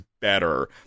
better